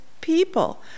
people